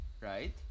Right